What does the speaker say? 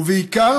ובעיקר